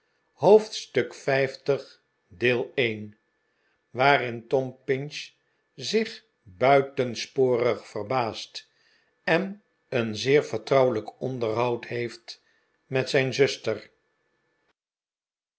hoofdstuk l waarin tom pinch zich buitensporig verbaast en een zeer vertrouwelijk onderhoud heeft met zijn zuster